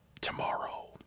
tomorrow